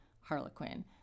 harlequin